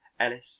Ellis